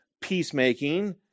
peacemaking